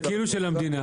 זה כאילו של המדינה.